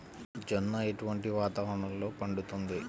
జొన్న ఎటువంటి వాతావరణంలో పండుతుంది?